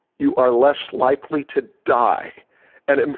you are less likely to die and